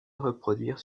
reproduire